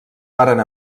varen